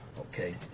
okay